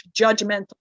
judgmental